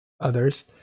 others